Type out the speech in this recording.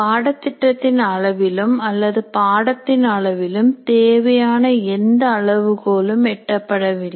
பாடத்திட்டத்தின் அளவிலும் அல்லது பாடத்தின் அளவிலும் தேவையான எந்த அளவுகோலும் எட்டப்படவில்லை